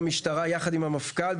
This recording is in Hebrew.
אני והמשטרה ביחד עם המפכ״ל,